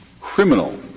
criminal